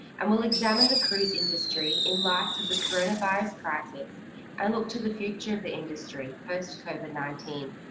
and we'll examine the cruise industry in light of the coronavirus crisis and look to the future of the industry post covid nineteen.